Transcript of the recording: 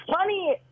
funny